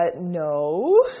no